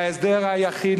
וההסדר היחיד,